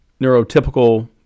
neurotypical